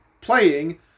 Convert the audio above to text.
playing